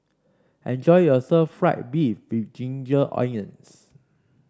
enjoy your Stir Fried Beef with Ginger Onions